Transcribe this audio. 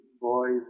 boys